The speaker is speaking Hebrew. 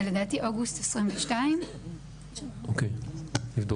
לדעתי אוגוסט 2022. אוקיי, נבדוק את זה.